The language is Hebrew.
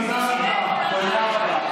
אולי נתחיל לחלק,